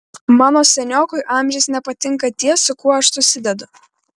mano seniokui amžiais nepatinka tie su kuo aš susidedu